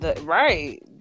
Right